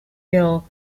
hill